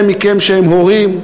אלה מכם שהם הורים,